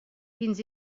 fins